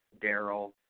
Daryl